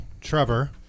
Trevor